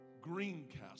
Greencastle